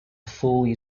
fully